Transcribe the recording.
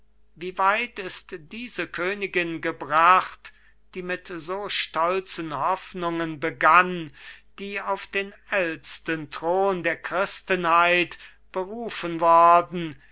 wie weit ist diese königin gebracht die mit so stolzen hoffnungen begann die auf den ältsten thron der christenheit berufen worden